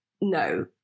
No